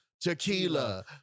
tequila